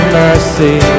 mercy